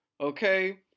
okay